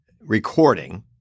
recording